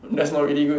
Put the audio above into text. that's not really good